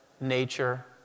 nature